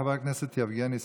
חבר הכנסת יבגני סובה.